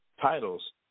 titles